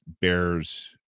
bears